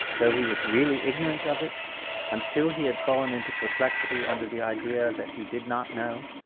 though he was really ignorant of it until he had fallen into perplexity under the idea that he did not know,